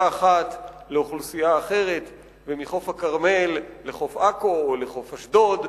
אחת לאוכלוסייה אחרת ומחוף הכרמל לחוף עכו או לחוף אשדוד,